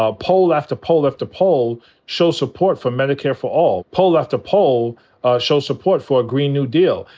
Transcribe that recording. ah poll after poll after poll show support for medicare for all. poll after poll show support for a green new deal.